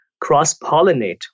cross-pollinate